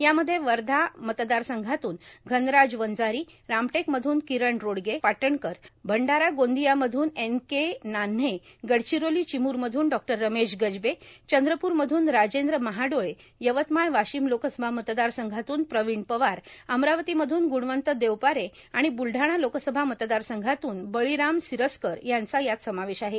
यामध्ये वर्घा मतदार संघातून घनराज वंजारी रामटेक मधून किरण रोडगे पाटनकर भंडारा गोदिया मधून एन के नान्हे गडचिरोली चिमूर मधून डॉ रमेश गजबे चंद्रपूर मधून राजेद्र महाडोळे यवतमाळ वाशिम लोकसभा मतदार संघातून प्रविण पवार अमरावती मधून ग्रुणवंत देवपारे आणि बुलढाणा लोकसभा मतदार संघातून बळीराम सिरस्कार यांचा यात समावेश आहे